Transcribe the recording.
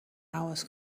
hours